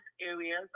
areas